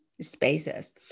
spaces